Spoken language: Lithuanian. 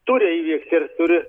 turi įvykt ir turi